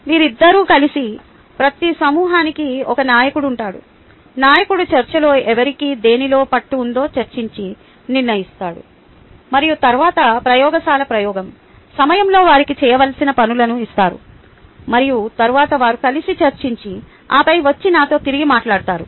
వీరిద్దరూ కలిసి ప్రతి సమూహానికి ఒక నాయకుడు ఉంటాడు నాయకుడు చర్చలో ఎవరికి దేనిలో పట్టు ఉందో చర్చించి నిర్ణయిస్తారు మరియు తరువాత ప్రయోగశాల ప్రయోగం సమయంలో వారికి చేయవలసిన పనులను ఇస్తారు మరియు తరువాత వారు కలిసి చర్చించి ఆపై వచ్చి నాతో తిరిగి మాట్లాడతారు